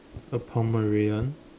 a Pomeranian